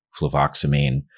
fluvoxamine